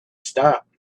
stop